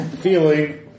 feeling